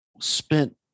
spent